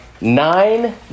nine